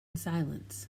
silence